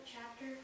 chapter